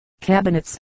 cabinets